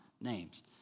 names